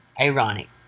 Ironic